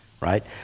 right